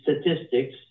statistics